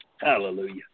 Hallelujah